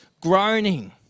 groaning